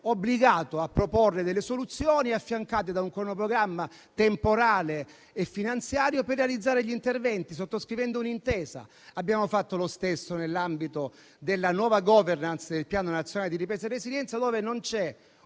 obbligato a proporre delle soluzioni affiancate da un cronoprogramma temporale e finanziario per realizzare gli interventi, sottoscrivendo un'intesa. Abbiamo fatto lo stesso nell'ambito della nuova *governance* del Piano nazionale di ripresa e resilienza, dove non c'è